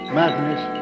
madness